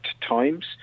times